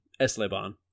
Esleban